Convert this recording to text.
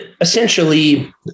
essentially